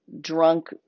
drunk